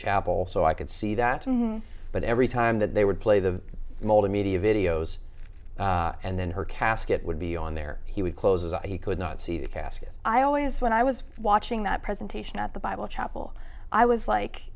chapel so i could see that but every time that they would play the multi media videos and then her casket would be on there he would close as he could not see the casket i always when i was watching that presentation at the bible chapel i was like